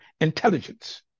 intelligence